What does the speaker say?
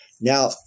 Now